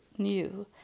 new